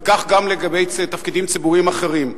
וכך גם לגבי תפקידים ציבוריים אחרים.